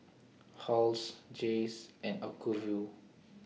Halls Jays and Acuvue